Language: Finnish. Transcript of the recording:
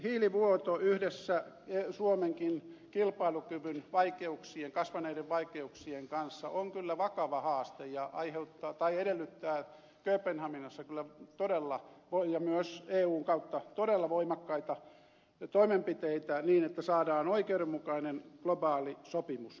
hiilivuoto yhdessä suomenkin kilpailukyvyn kasvaneiden vaikeuksien kanssa on kyllä vakava haaste ja edellyttää kööpenhaminassa ja eun kautta kyllä todella voimakkaita toimenpiteitä niin että saadaan oikeudenmukainen globaali sopimus